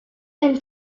and